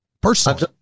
personally